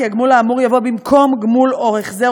כי הגמול האמור יבוא במקום גמול או החזר